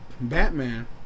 Batman